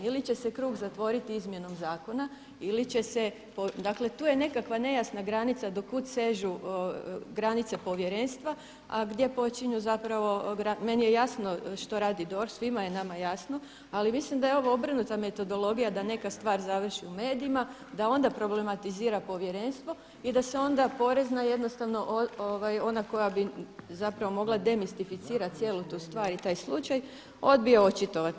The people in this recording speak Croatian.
Ili će se krug zatvoriti izmjenom zakona ili će se, dakle tu je nekakva nejasna granica do kud sežu granice povjerenstva a gdje počinju zapravo, meni je jasno što radi DORH, svima je nam jasno ali mislim da je ovo obrnuta metodologija da neka stvar završi u medijima da ona problematizira povjerenstvo i da se onda porezna jednostavno ona koja bi zapravo mogla demistificirati cijelu tu stvar i taj slučaj odbije očitovati.